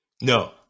No